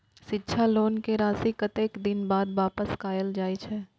शिक्षा लोन के राशी कतेक दिन बाद वापस कायल जाय छै?